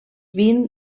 vint